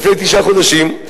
לפני תשעה חודשים,